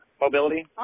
Mobility